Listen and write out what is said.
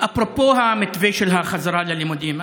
אפרופו המתווה של החזרה ללימודים,